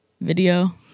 video